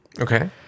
Okay